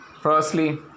firstly